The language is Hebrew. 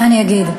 אני אגיד.